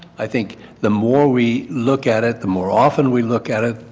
i think the more we look at it, the more often we look at it,